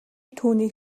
түүнийг